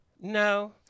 No